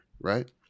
right